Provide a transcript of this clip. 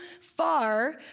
far